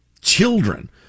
children